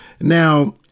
now